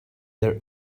there